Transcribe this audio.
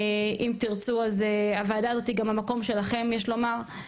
אם תרצו, הוועדה הזאת היא גם המקום שלכם, יש לומר.